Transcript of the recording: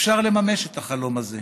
אפשר לממש את החלום הזה,